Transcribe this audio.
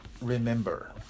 remember